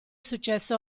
successo